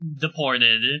deported